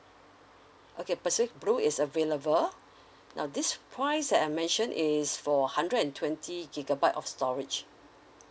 okay perceive blue is available now this price that I mention is for hundred and twenty gigabyte of storage